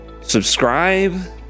Subscribe